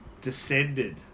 descended